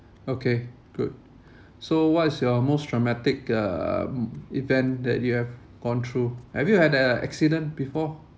okay good so what's your most traumatic uh event that you have gone through have you had a accident before